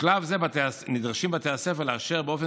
ובשלב זה נדרשים בתי הספר לאשר באופן